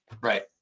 Right